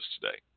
today